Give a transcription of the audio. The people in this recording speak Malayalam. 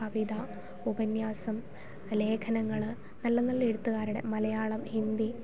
കവിത ഉപന്യാസം ലേഖനങ്ങൾ നല്ല നല്ല എഴുത്തുകാരുടെ മലയാളം ഹിന്ദി